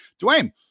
Dwayne